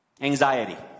Anxiety